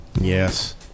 Yes